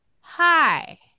Hi